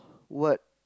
what